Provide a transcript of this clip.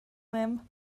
limb